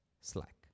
slack